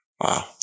Wow